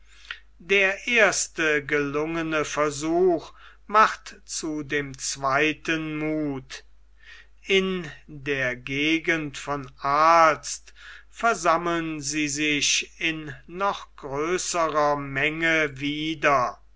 der erste gelungene versuch macht zu dem zweiten muth in der gegend von aalst versammeln sie sich in noch größerer menge wieder